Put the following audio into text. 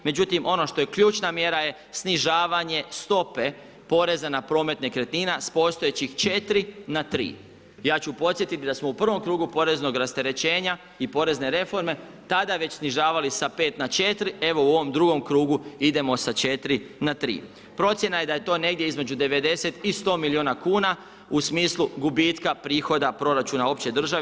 Međutim, ono što je ključna mjera je snižavanje stope poreza na promet nekretnina s postojećih 4 na 3. Ja ću podsjetiti da smo u prvom krugu poreznog rasterećenja i porezne reforme tada već snižavali sa 5 na 4, evo u ovom drugom krugu idemo sa 4 na 3. Procjena je da je to negdje između 90 i 100 miliona kuna u smislu gubitka prihoda proračuna opće države.